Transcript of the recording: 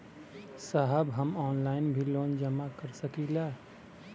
साहब हम ऑनलाइन भी लोन जमा कर सकीला?